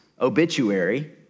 obituary